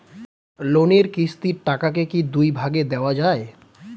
লোনের কিস্তির টাকাকে কি দুই ভাগে দেওয়া যায়?